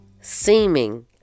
seeming